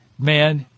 man